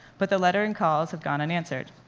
but the letter and calls have gone unanswered.